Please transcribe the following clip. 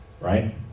right